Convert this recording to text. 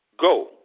go